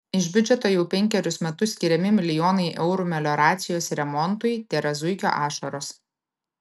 iš biudžeto jau penkerius metus skiriami milijonai eurų melioracijos remontui tėra zuikio ašaros